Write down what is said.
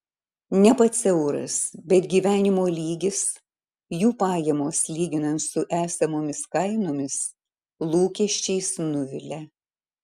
ne pats euras bet gyvenimo lygis jų pajamos lyginant su esamomis kainomis lūkesčiais nuvilia